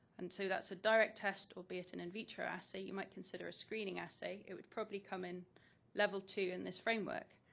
and so that's a direct test, albeit and in vitro assay, you might consider a screening assay. it would probably come in level two in this framework.